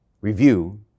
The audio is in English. review